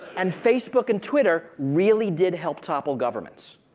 and facebook and twitter really did help topple governments.